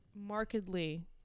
markedly